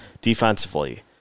defensively